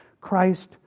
Christ